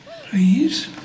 please